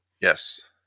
Yes